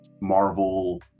Marvel